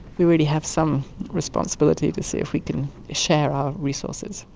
we really have some responsibility to see if we can share our resources.